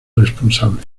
responsable